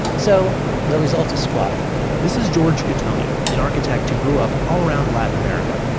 so the result is squatting this is george gattoni, an architect who grew up all around latin america,